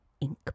Ink